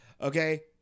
Okay